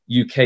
UK